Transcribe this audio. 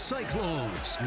Cyclones